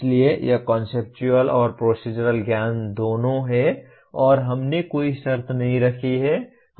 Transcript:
इसलिए यह कॉन्सेप्चुअल और प्रोसीज़रल ज्ञान दोनों है और हमने कोई शर्त नहीं रखी है